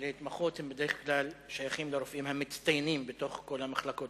ולהתמחות שייכים לרופאים המצטיינים בכל המחלקות.